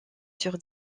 sur